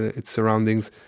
its surroundings,